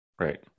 Right